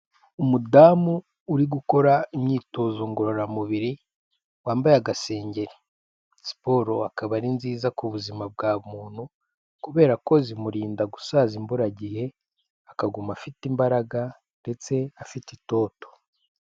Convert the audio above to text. Umudamu uri gukora imyitozo ngororamubiri, wambaye agasengeri. Siporo akaba ari nziza ku buzima bwa muntu kubera ko zimurinda gusaza imburagihe, akaguma afite imbaraga ndetse afite itoto.